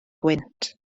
gwynt